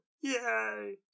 Yay